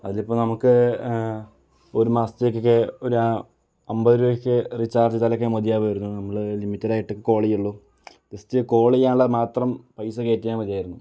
അതിലിപ്പോൾ നമുക്ക് ഒരു മാസത്തേക്കൊക്കെ ഒരു അമ്പത് രൂപയ്ക്ക് റീച്ചാർജ് ചെയ്താലൊക്കെ മതിയാവുമായിരുന്നു നമ്മൾ ലിമിറ്റഡ് ആയിട്ടൊക്കെ കോൾ ചെയ്യൂള്ളൂ ജസ്റ്റ് കോൾ ചെയ്യാനുള്ള മാത്രം പൈസ കയറ്റിയാൽ മതിയായിരുന്നു